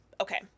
Okay